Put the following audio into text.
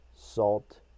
salt